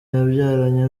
yabyaranye